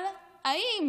אבל האם